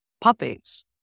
puppies